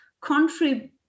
contribute